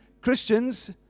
christians